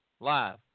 Live